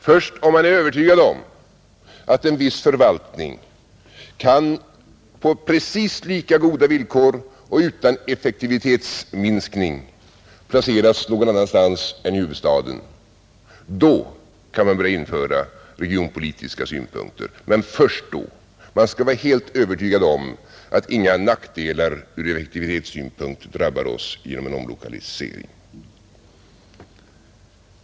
Först om man är övertygad om att en viss förvaltning kan på precis lika goda villkor och utan effektivitetsminskning placeras någon annanstans än i huvudstaden, då kan man börja införa regionpolitiska synpunkter. Men först då. Man skall vara helt övertygad om att inga nackdelar från effektivitetssynpunkt drabbar oss genom en omlokalisering.